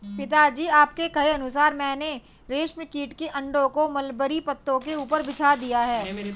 पिताजी आपके कहे अनुसार मैंने रेशम कीट के अंडों को मलबरी पत्तों के ऊपर बिछा दिया है